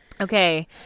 Okay